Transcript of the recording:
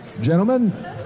Gentlemen